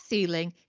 Ceiling